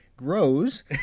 grows